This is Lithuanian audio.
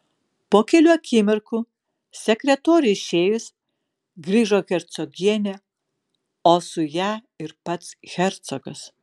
po kelių akimirkų sekretoriui išėjus grįžo hercogienė o su ja ir pats hercogas